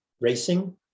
racing